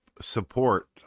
support